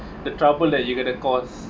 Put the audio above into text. the trouble that you gonna cause